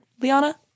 liana